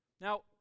Now